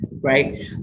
Right